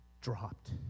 dropped